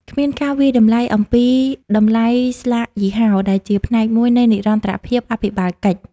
គ្មានការវាយតម្លៃអំពី "តម្លៃស្លាកយីហោ" ដែលជាផ្នែកមួយនៃនិរន្តរភាពអភិបាលកិច្ច។